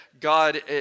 God